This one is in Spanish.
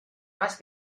más